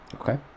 Okay